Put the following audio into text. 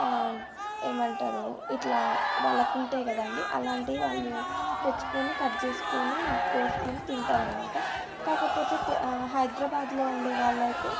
ఏమంటారు ఇట్లా వాళ్ళకుంటాయి కదండి అలాంటివి వాళ్ళు తెచ్చుకొని కట్ చేసుకొని కోసుకొని తింటారు అన్నమాట కాకపోతే తే హైదరాబాద్లో ఉండే వాళ్ళైతే